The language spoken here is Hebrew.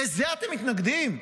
לזה אתם מתנגדים?